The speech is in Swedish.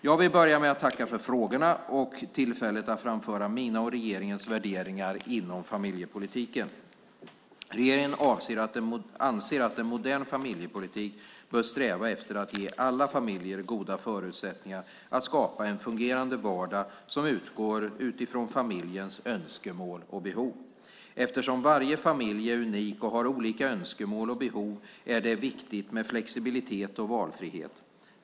Jag vill börja med att tacka för frågorna och tillfället att framföra mina och regeringens värderingar inom familjepolitiken. Regeringen anser att en modern familjepolitik bör sträva efter att ge alla familjer goda förutsättningar att skapa en fungerande vardag som utgår från familjens önskemål och behov. Eftersom varje familj är unik och har olika önskemål och behov är det viktigt med flexibilitet och valfrihet.